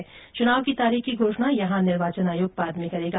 यहां चुनाव की तारीख की घोषणा निर्वाचन आयोग बाद में करेगा